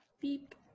Beep